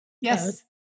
Yes